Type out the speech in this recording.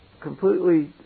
completely